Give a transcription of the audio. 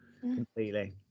completely